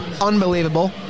unbelievable